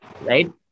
right